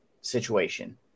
situation